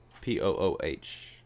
p-o-o-h